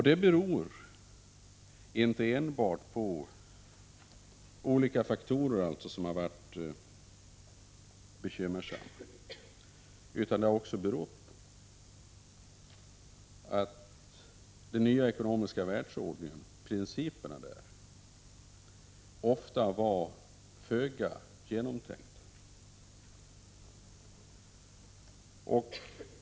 Det beror inte enbart på olika bekymmersamma faktorer, utan det har också berott på att principerna för den nya ekonomiska världsordningen ofta var föga genomtänkta.